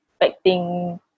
expecting